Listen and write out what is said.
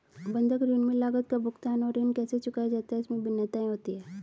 बंधक ऋण में लागत का भुगतान और ऋण कैसे चुकाया जाता है, इसमें भिन्नताएं होती हैं